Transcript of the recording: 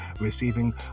receiving